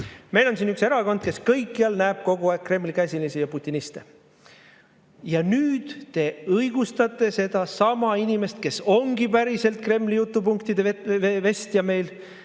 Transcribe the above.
Meil on siin üks erakond, kes näeb kogu aeg kõikjal Kremli käsilasi ja putiniste. Ja nüüd te õigustate sedasama inimest, kes on päriselt Kremli jutupunktide vestja, leiate